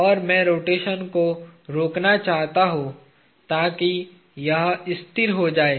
और मैं रोटेशन को रोकना चाहता हूं ताकि यह स्थिर हो जाए